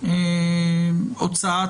הוצאת